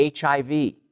HIV